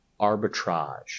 arbitrage